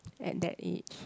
at that age